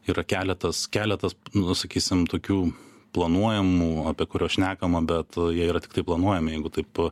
yra keletas keletas nu sakysim tokių planuojamų apie kuriuos šnekama bet jie yra tiktai planuojami jeigu taip